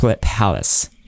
Palace